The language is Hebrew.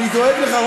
אני דואג לך.